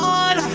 on